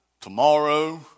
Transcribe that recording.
tomorrow